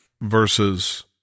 Versus